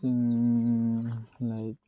ꯆꯤꯡ ꯂꯥꯏꯛ